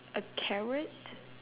a carrot